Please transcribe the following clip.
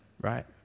right